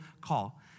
call